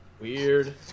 Weird